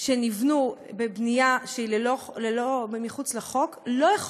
שנבנו בבנייה שהיא מחוץ לחוק לא יכול